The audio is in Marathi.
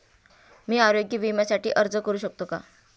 मी आरोग्य विम्यासाठी अर्ज करू शकतो का?